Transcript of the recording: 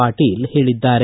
ಪಾಟೀಲ್ ಹೇಳಿದ್ದಾರೆ